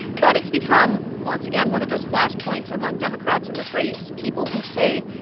but it's become, once again, one of those flash points among democrats in this race. people who say,